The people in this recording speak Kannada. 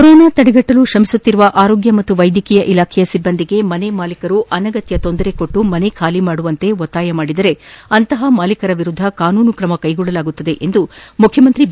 ಕೊರೋನಾ ತಡೆಗಣ್ವಲು ಶ್ರಮಿಸುತ್ತಿರುವ ಆರೋಗ್ಯ ಮತ್ತು ವೈದ್ಯಕೀಯ ಇಲಾಖೆಯ ಸಿಬ್ಬಂದಿಗೆ ಮನೆ ಮಾಲೀಕರು ಅನಗತ್ಯ ತೊಂದರೆ ಕೊಟ್ಟು ಮನೆ ಖಾಲಿ ಮಾಡಿಸುವಂತೆ ಒತ್ತಾಯ ಮಾಡಿದರೆ ಅಂತಹವರ ವಿರುದ್ದ ಕಾನೂನು ಕ್ರಮ ಜರುಗಿಸುವುದಾಗಿ ಮುಖ್ಯಮಂತ್ರಿ ಬಿ